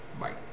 Bye